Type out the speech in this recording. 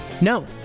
No